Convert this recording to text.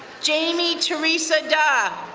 jamie teresa da,